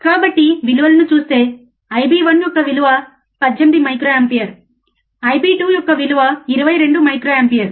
కాబట్టి విలువలను చూస్తే IB1 యొక్క విలువ 18 మైక్రోఆంపియర్ I B2 యొక్క విలువ 22 మైక్రోఆంపియర్